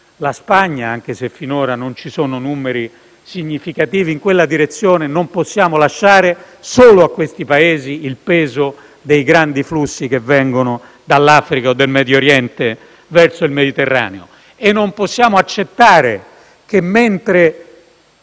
la Spagna (anche se finora non ci sono numeri significativi in quella direzione), il peso dei grandi flussi che vengono dall'Africa o dal Medio Oriente verso il Mediterraneo. E non possiamo accettare che, mentre